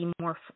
more